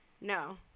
no